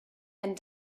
and